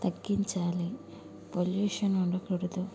తగ్గించాలి పొల్యూషన్ ఉండకూడదు